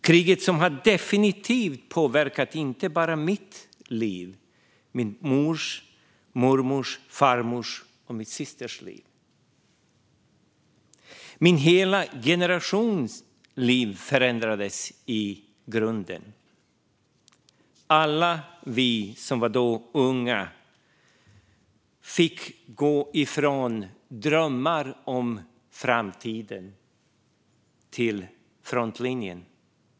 Kriget har definitivt påverkat inte bara mitt liv utan även min mors, mormors, farmors och systers liv. Hela min generations liv förändrades i grunden. Alla vi som då var unga fick gå ifrån drömmar om framtiden till frontlinjen.